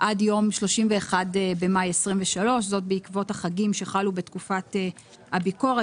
עד יום 31 במאי 2023. זאת בעקבות החגים שחלו בתקופת הביקורת.